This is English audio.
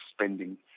spending